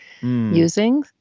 using